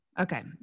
Okay